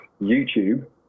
YouTube